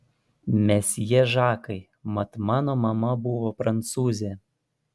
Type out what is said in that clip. mesjė žakai mat mano mama buvo prancūzė